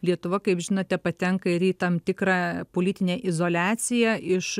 lietuva kaip žinote patenka ir į tam tikrą politinę izoliaciją iš